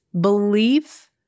belief